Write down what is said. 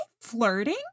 flirting